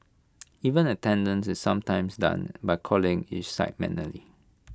even attendance is sometimes done by calling each site manually